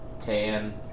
tan